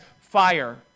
fire